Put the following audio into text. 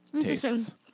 tastes